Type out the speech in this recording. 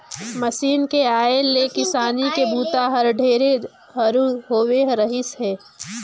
machine के आए ले किसानी के बूता हर ढेरे हरू होवे रहीस हे